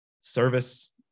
service